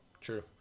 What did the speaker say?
true